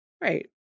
Right